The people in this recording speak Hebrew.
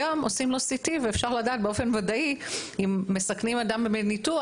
היום עושים לו CT ואפשר לדעת באופן ודאי אם מסכנים אדם בניתוח,